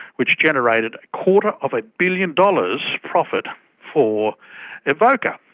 which generated a quarter of a billion dollars profit for evocca.